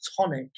tonic